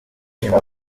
nyuma